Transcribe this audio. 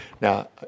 Now